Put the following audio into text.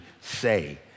say